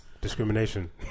Discrimination